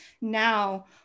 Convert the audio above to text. now